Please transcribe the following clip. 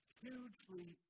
hugely